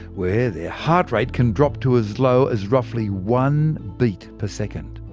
where their heart rate can drop to as low as roughly one beat per second.